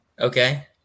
Okay